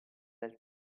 del